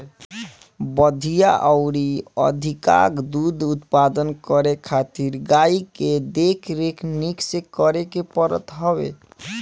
बढ़िया अउरी अधिका दूध उत्पादन करे खातिर गाई के देख रेख निक से करे के पड़त हवे